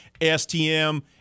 STM